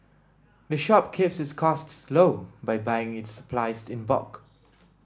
the shop keeps its costs low by buying its supplies in bulk